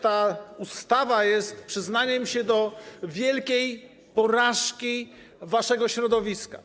Ta ustawa jest przyznaniem się do wielkiej porażki waszego środowiska.